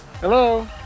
Hello